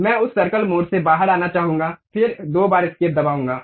मैं उस circle mode से बाहर आना चाहूंगा फिर दो बार एस्केप दबाऊंगा